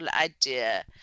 idea